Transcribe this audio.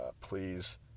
please